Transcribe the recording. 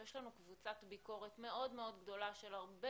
יש לנו קבוצת ביקורת מאוד מאוד גדולה של הרבה